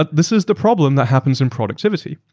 but this is the problem that happens in productivity.